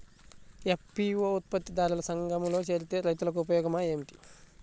FPO ఉత్పత్తి దారుల సంఘములో చేరితే రైతులకు ఉపయోగము ఏమిటి?